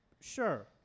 sure